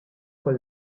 con